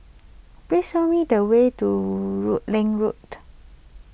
please show me the way to Rutland Road